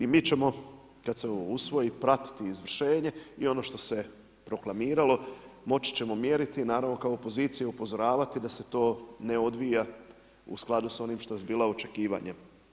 I mi ćemo kada se ovo usvoji pratiti izvršenje i ono što se proklamiralo moći ćemo mjeriti i naravno kao opozicija upozoravati da se to ne odvija u skladu s onim što su bila očekivanja.